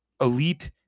elite